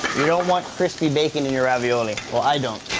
you don't want crispy bacon in your ravioli, or i don't.